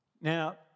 Now